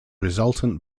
resultant